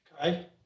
Okay